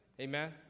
Amen